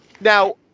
Now